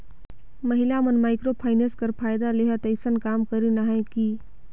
महिला मन micro finance कर फएदा लेहत अइसन काम करिन अहें कि